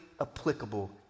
applicable